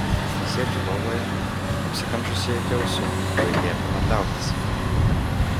sėdžiu lovoje apsikamšiusi iki ausų o ji liepia man liautis